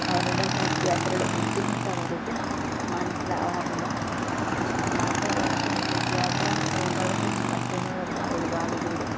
അവരുടെ ബൈക്ക് യാത്രയുടെ ബുദ്ധിമുട്ട് അവർക്ക് മനസ്സിലാവാറില്ല അല്ലാത്ത പക്ഷം ബൈക്ക് യാത്ര സ്ത്രീകൾക്കൊന്നും പറ്റുന്നതല്ല ഒരുപാട് ദൂരം